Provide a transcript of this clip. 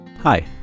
Hi